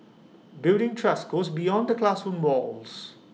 building trust goes beyond the classroom walls